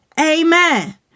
Amen